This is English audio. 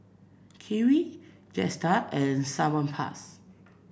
Kiwi Jetstar and Salonpas